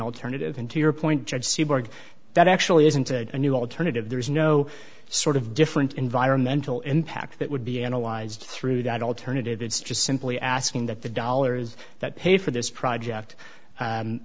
alternative into your point judge seeburg that actually isn't a new alternative there is no sort of different environmental impact that would be analyzed through that alternative it's just simply asking that the dollars that pay for this project